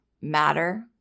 matter